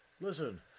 Listen